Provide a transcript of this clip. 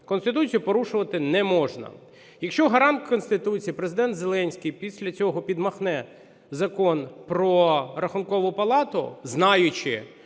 Конституцію порушувати не можна. Якщо гарант Конституції Президент Зеленський після цього підмахне Закон "Про Рахункову палату", знаючи,